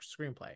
screenplay